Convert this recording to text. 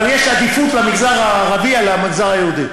אבל יש עדיפות למגזר הערבי על המגזר היהודי.